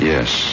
Yes